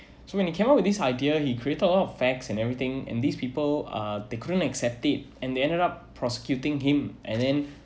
so when he came up with this idea he created all of facts and everything and these people uh they couldn't accept it and they ended up prosecuting him and then